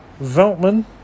Veltman